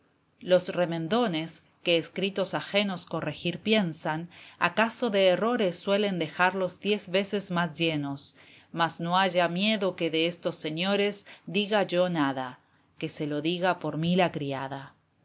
los remendones que escritos ajenos corregir piensan acaso de errores suelen dejarlos diez veces más llenos mas no haya miedo que de estos señores diga yo nada que se lo diga por mí la criada